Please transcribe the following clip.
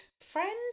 friend